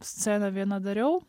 sceną vieną dariau